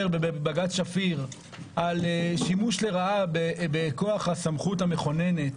בבג"ץ שפיר על שימוש לרעה בכוח הסמכות המכוננת,